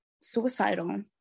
suicidal